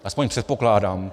Aspoň předpokládám.